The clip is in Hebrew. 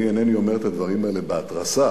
אני אינני אומר את הדברים האלה בהתרסה,